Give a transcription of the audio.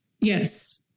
Yes